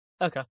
okay